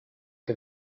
che